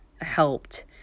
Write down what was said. helped